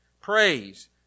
Praise